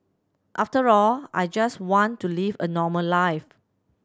after all I just want to live a normal life